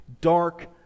dark